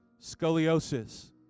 Scoliosis